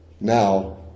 now